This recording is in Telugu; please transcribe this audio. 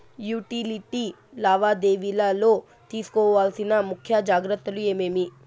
యుటిలిటీ లావాదేవీల లో తీసుకోవాల్సిన ముఖ్య జాగ్రత్తలు ఏమేమి?